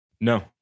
No